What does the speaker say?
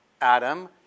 Adam